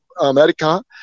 America